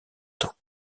temps